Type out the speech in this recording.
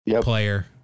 player